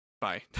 bye